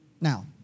Now